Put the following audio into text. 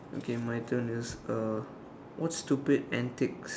okay my turn is what stupid antics